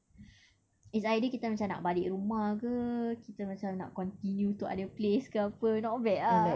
it's either kita macam nak balik rumah ke kita macam nak continue to other place ke apa not bad ah